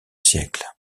siècle